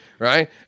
Right